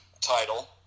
title